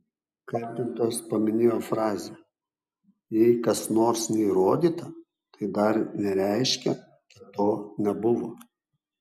kaltintojas paminėjo frazę jei kas nors neįrodyta tai dar nereiškia kad to nebuvo